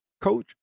coach